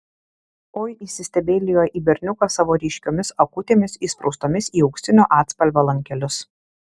oi įsistebeilijo į berniuką savo ryškiomis akutėmis įspraustomis į auksinio atspalvio lankelius